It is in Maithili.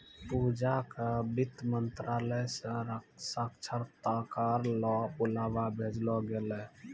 पूजा क वित्त मंत्रालय स साक्षात्कार ल बुलावा भेजलो गेलै